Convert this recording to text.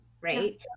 right